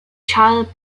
child